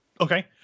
Okay